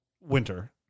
winter